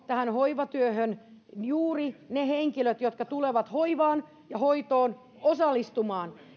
tähän hoivatyöhön juuri ne henkilöt jotka tulevat hoivaan ja hoitoon osallistumaan